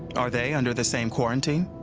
are they under the same quarantine?